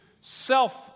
self